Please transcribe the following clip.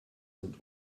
sind